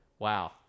wow